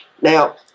Now